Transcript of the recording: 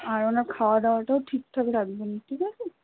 আর ওঁর খাওয়াদাওয়াটাও ঠিকঠাক রাখবেন ঠিক আছে